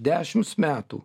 dešimts metų